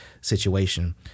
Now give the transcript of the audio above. situation